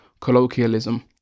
colloquialism